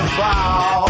fall